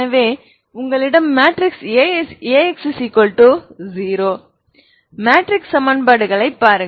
எனவே உங்களிடம் matrix AX 0 matrix சமன்பாடுகளைப் பாருங்கள்